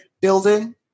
building